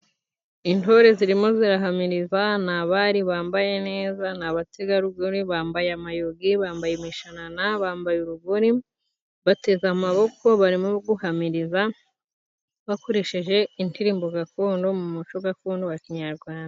Intore zirimo zirahamiriza ni abari bambaye neza, ni abategarugori bambaye amayogi, bambaye imishanana, bambaye urugori, bateze amaboko, barimo guhamiriza bakoresheje indirimbo gakondo mu muco gakondo wa kinyarwanda.